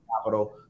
capital